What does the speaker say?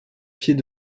pied